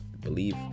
believe